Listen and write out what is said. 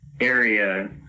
area